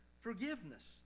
forgiveness